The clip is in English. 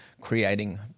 creating